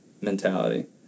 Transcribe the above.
mentality